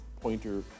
pointer